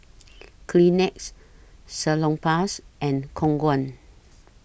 Kleenex Salonpas and Khong Guan